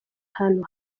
ahantu